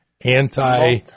anti-